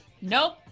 nope